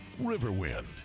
Riverwind